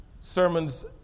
sermons